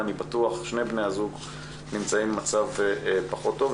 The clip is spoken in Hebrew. שני בני הזוג, אני בטוח, נמצאים במצב פחות טוב.